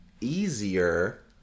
easier